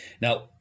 Now